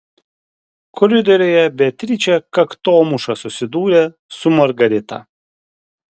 koridoriuje beatričė kaktomuša susidūrė su margarita